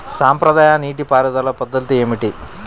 సాంప్రదాయ నీటి పారుదల పద్ధతులు ఏమిటి?